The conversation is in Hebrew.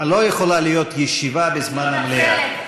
לא יכולה להיות ישיבה בזמן המליאה.